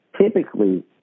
typically